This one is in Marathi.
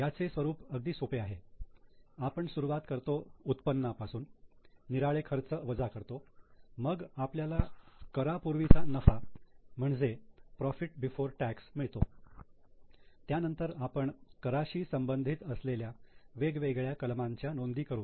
याचे स्वरूप अगदी सोपे आहे आपण सुरुवात करतो उत्पन्नापासून निराळे खर्च वजा करतो मग आपल्याला करा पूर्वीचा नफा म्हणजेच प्रॉफिट बिफोर टॅक्स मिळतो त्यानंतर आपण कराशी संबंधित असलेल्या वेगवेगळ्या कलमांच्या नोंदी करू